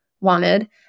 wanted